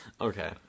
Okay